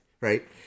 right